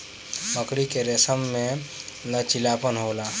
मकड़ी के रेसम में लचीलापन होला